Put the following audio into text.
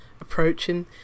approaching